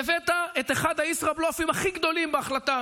הבאת את אחד הישראבלופים הכי גדולים בהחלטה